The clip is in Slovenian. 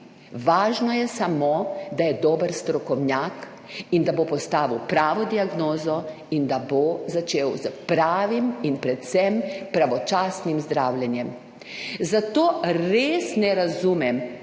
Važno je samo, da je dober strokovnjak in da bo postavil pravo diagnozo in da bo začel s pravim in predvsem pravočasnim zdravljenjem. Zato res ne razumem,